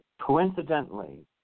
coincidentally